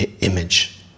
image